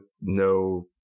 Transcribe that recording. no